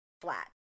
flat